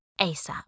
ASAP